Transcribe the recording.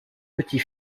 petit